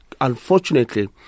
unfortunately